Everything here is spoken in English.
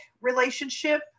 relationship